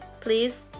please